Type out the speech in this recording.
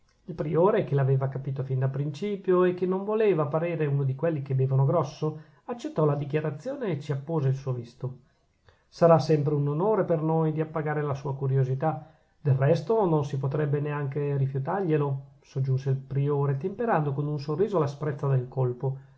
il priore che l'aveva capito fin da principio e che non voleva parere uno di quelli che bevono grosso accettò la dichiarazione e ci appose il suo visto sarà sempre un onore per noi di appagare la sua curiosità del resto non si potrebbe neanche rifiutarglielo soggiunse il priore temperando con un sorriso l'asprezza del colpo